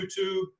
YouTube